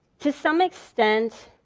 to some extent,